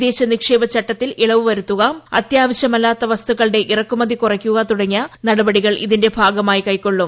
വിദേശ നിക്ഷേപ ചട്ടത്തിൽ ഇളവ് വരുത്തുക അത്യാവശ്യമല്ലാത്ത വസ്തുക്കളുടെ ഇറക്കുമതി കുറയ്ക്കുക തുടങ്ങിയ നടപടികൾ ഇതിന്റെ ഭാഗമായി കൈക്കൊള്ളും